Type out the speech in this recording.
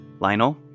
Lionel